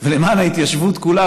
ולמען ההתיישבות כולה,